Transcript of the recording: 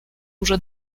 уже